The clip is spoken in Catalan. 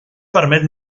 permet